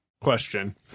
question